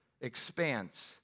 expanse